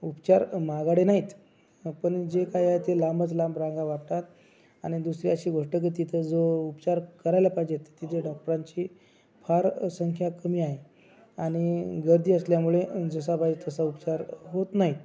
उपचार महागडे नाहीत पण जे काही आहे ते लांबच लांब रांगा लागतात आणि दुसरी अशी गोष्ट की तिथं जो उपचार करायला पाहिजेत तिथे डॉक्टरांची फार संख्या कमी आहे आणि गर्दी असल्यामुळे जसा पाहिजे तसा उपचार होत नाही